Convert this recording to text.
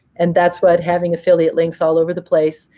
and that's what having affiliate links all over the place,